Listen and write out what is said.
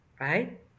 right